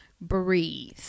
breathe